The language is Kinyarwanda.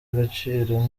agaciro